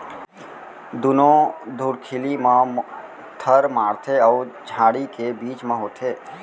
दुनो धुरखिली म थर माड़थे अउ डांड़ी के बीच म होथे